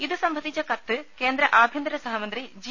ഇതു സംബന്ധിച്ച കത്ത് കേന്ദ്ര ആഭ്യന്തര സഹമന്ത്രി ജി